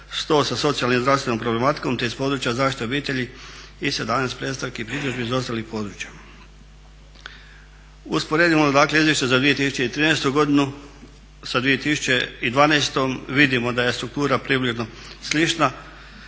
100 sa socijalnom i zdravstvenom problematikom, te iz područja zaštite obitelji i 17 predstavki i pritužbi iz ostalih područja. Usporedimo dakle izvješće za 2013. godinu sa 2012. vidimo da je struktura približno slična,